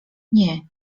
nie